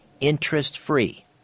interest-free